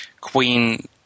queen